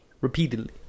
repeatedly